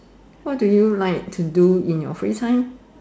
what do you like to do in your free time